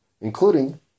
including